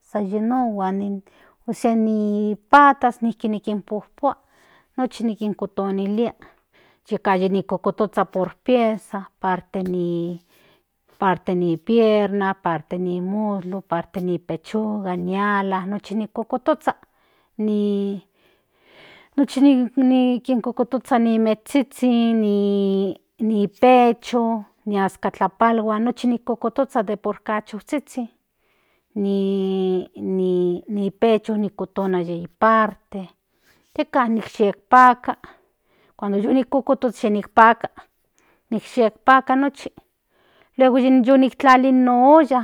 San yi no nijki ni patas nijki kinpojpua nochii yi kinkonolia yeka ni kototoza por pieza aparte ni ni pierna ni muslo parte ni pechuga nochi ki kototoza nochi kinkototoza nin mezhizhin ni pecho ni azkatlapalhuan nochi nijkon kokotoza den por cachozhizhin ni pecho yi kotona yei parte yeka ni yekpaka cuando yi nii kotozo ni paka nicg yepaka nochi luego yu niktlali no olla